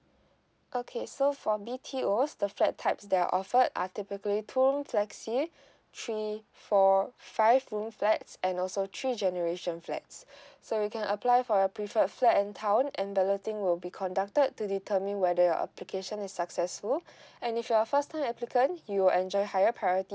okay so for B_T_Os the flat types that are offered are typically two rooms flexi three four five room flats and also three generation flats so you can apply for a preferred flat in town and balloting will be conducted to determine whether your application is successful and if you are a first time applicant you'll enjoy higher priority